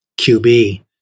QB